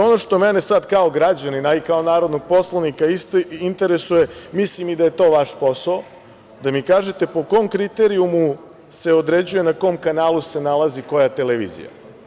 Ono što mene, sad kao građanina, a i kao narodnog poslanika interesuje, mislim da je i to vaš posao, da mi kažete po kom kriterijumu se određuje na kom kanalu se nalazi koja televizija?